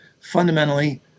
fundamentally